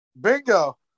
bingo